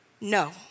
no